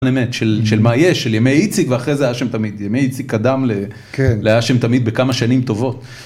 של מה יש, של ימי איציק ואחרי זה אשם תמיד, ימי איציק קדם לאשם תמיד בכמה שנים טובות.